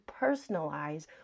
personalize